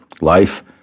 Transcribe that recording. life